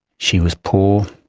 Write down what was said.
she was poor,